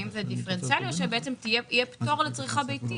האם זה דיפרנציאלי או שיהיה פטור על צריכה ביתית?